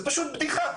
זה פשוט בדיחה.